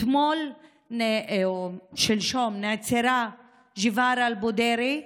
שלשום נעצרה ג'ווארה אלבודירי,